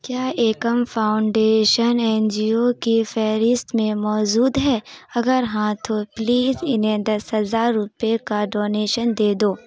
کیا Ekam foundation N G O کی فہرست میں موجود ہے اگر ہاں تو پلیز انہیں دس ہزار روپئے کا ڈونیشن دے دو